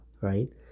right